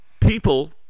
people